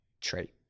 trait